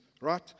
right